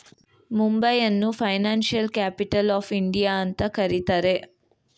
ಮುಂಬೈಯನ್ನು financial capital of India ಅಂತ ಕರಿತರೆ